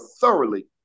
thoroughly